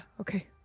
okay